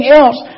else